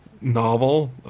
novel